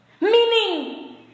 Meaning